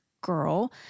girl